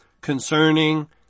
concerning